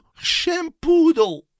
Shampoodle